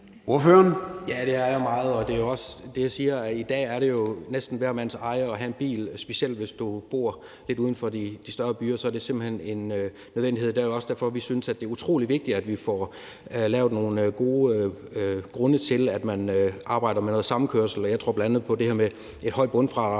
jeg siger. I dag er det jo næsten hvermandseje at have en bil. Specielt hvis du bor lidt uden for de større byer, er det simpelt hen en nødvendighed. Det er også derfor, vi synes, det er utrolig vigtigt, at vi får lavet nogle gode grunde til, at man arbejder med noget samkørsel. Jeg tror bl.a. på det her med et højt bundfradrag